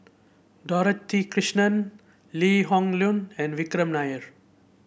Dorothy Krishnan Lee Hoon Leong and Vikram Nair